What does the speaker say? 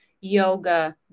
yoga